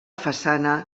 façana